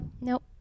Nope